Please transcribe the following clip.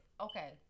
okay